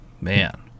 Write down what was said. man